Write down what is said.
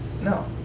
no